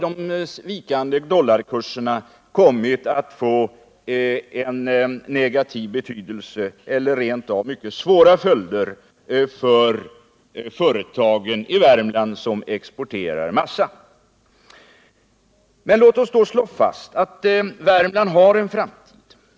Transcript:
De sviktande dollarkurserna har fått en negativ effekt och ibland mycket svåra följder för de företag i Värmland som exporterar massa. Men låt oss slå fast att Värmland har en framtid.